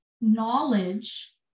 knowledge